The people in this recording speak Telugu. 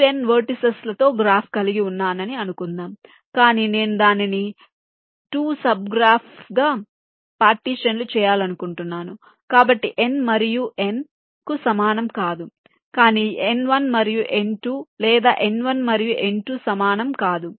నేను 2n వెర్టిసిస్ లతో గ్రాఫ్ కలిగి ఉన్నానని అనుకుందాం కాని నేను దానిని 2 సబ్ గ్రాఫ్లుగా పార్టీషన్ లు చేయాలనుకుంటున్నాను కాబట్టి n మరియు n కు సమానం కాదు కానీ n1 మరియు n2 లేదా n1 మరియు n2 సమానం కాదు